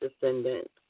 descendants